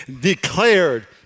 declared